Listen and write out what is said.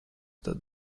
tad